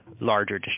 larger